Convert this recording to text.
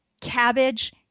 cabbage